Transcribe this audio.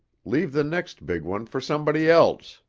leave the next big one for somebody else.